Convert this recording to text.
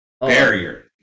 barrier